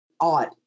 odd